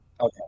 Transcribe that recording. okay